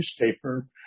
newspaper